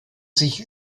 sich